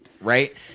right